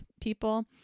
people